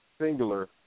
singular